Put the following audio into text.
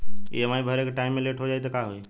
EMI भरे के time मे लेट हो जायी त का होई?